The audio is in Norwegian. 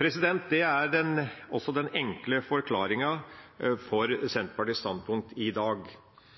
Det er også den enkle forklaringen på Senterpartiets standpunkt i dag. Vi er enig med to av representantene for